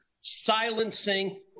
silencing